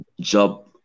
job